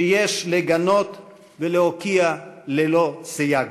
שיש לגנות ולהוקיע ללא סייג.